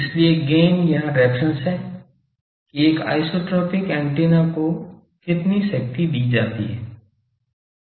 इसलिए गैन यहां रेफेरेंस है कि एक आइसोट्रोपिक ऐन्टेना को कितनी शक्ति दी जाती है